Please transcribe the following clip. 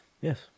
Yes